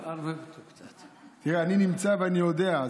אני נמצא ואני יודע,